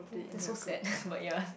then that's so sad but ya